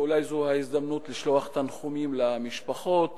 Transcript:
ואולי זו ההזדמנות לשלוח תנחומים למשפחות